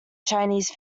chinese